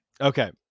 Okay